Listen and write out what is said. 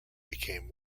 became